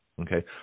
okay